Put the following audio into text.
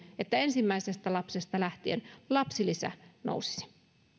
että ensimmäisestä lapsesta lähtien lapsilisä nousisi